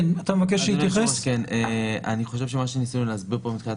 אני חושב שמה שניסינו להסביר כאן מבחינת